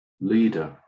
leader